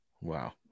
wow